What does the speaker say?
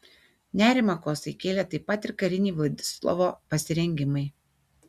nerimą kosai kėlė taip pat ir kariniai vladislovo pasirengimai